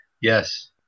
Yes